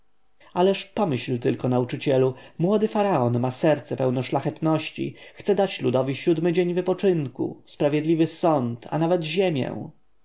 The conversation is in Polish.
ależ pomyśl tylko nauczycielu młody faraon ma serce pełne szlachetności chce dać ludowi siódmy dzień wypoczynku sprawiedliwy sąd a nawet ziemię